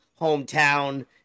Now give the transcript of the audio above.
hometown